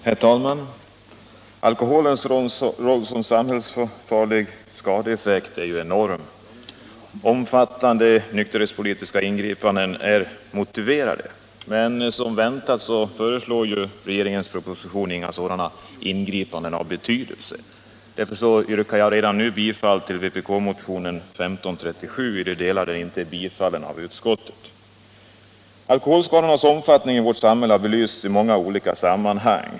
Herr talman! Alkoholens roll som samhällelig skadefaktor är enorm, och omfattande nykterhetspolitiska ingripanden är motiverade. Men som väntat föreslås i regeringens proposition inga sådana ingripanden av betydelse. Därför yrkar jag redan nu bifall till vpk-motionen 1537 i de delar den inte har tillstyrkts av utskottet. Alkoholskadornas omfattning i vårt samhälle har belysts i många olika sammanhang.